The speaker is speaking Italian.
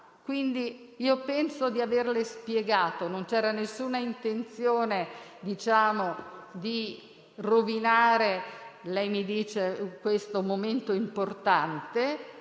Pertanto, penso di averle spiegato che non c'era nessuna intenzione di rovinare - lei mi dice - questo momento importante.